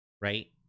right